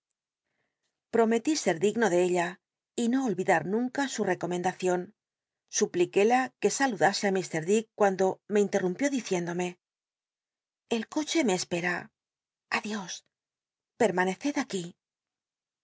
eomeli sct digno de ella y no ohidar nunca su rccomendacion supliqnéla que saludase i lr ljick cuando me inlenumpió diciéndome el coche me espera adios permaneced aquí